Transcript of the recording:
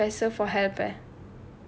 asked the professor for help